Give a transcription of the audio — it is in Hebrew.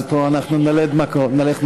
אז אנחנו פה נלך מכות.